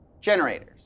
generators